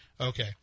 Okay